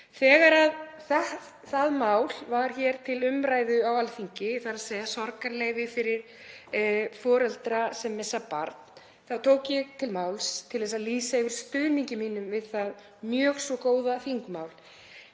Þegar það mál var hér til umræðu á Alþingi, þ.e. sorgarleyfi fyrir foreldra sem missa barn, þá tók ég til máls til að lýsa yfir stuðningi mínum við það mjög svo góða þingmál